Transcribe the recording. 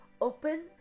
open